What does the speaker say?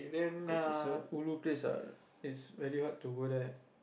cause it's a ulu place ah it's very hard to go there